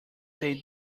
they